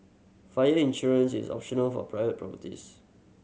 fire insurance is optional for private properties